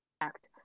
act